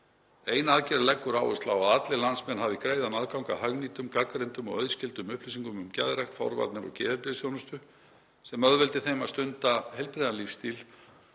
Ein aðgerðin leggur áherslu á að allir landsmenn hafi greiðan aðgang að hagnýtum, gagnrýndum og auðskildum upplýsingum um geðrækt, forvarnir og geðheilbrigðisþjónustu sem auðveldi þeim að stunda heilbrigðan lífsstíl,